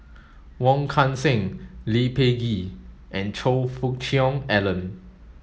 Wong Kan Seng Lee Peh Gee and Choe Fook Cheong Alan